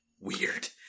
weird